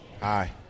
Hi